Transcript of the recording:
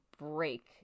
break